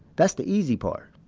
that's the easy part,